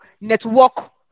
network